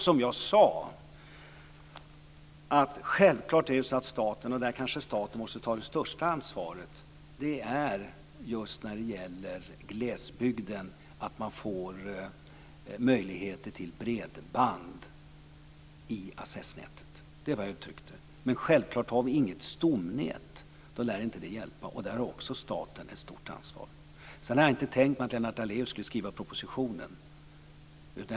Som jag sade måste staten kanske ta det största ansvaret just för att man i glesbygden får möjlighet till bredband i accessnätet. Det är vad jag uttryckte. Men vi har självfallet inget stomnät. Då lär det inte hjälpa. I det avseendet har staten också ett stort ansvar. Jag hade inte tänkt mig att Lennart Daléus skulle skriva propositionen.